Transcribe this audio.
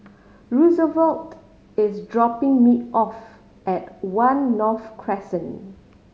Roosevelt is dropping me off at One North Crescent